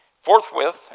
forthwith